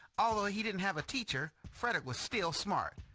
although he didn't have a teacher frederick was still smart.